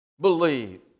believe